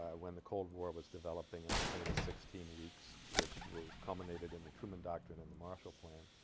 when the cold war was developing in the famous sixteen weeks which were culminated in the truman doctrine in the marshall plan